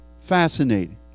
fascinating